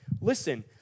listen